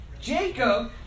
Jacob